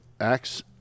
Acts